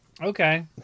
Okay